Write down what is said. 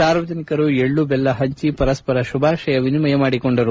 ಸಾರ್ವಜನಿಕರು ಎಳ್ನು ಬೆಲ್ಲ ಪಂಚಿ ಪರಸ್ವರ ಶುಭಾಶಯ ವಿನಿಮಯ ಮಾಡಿಕೊಂಡರು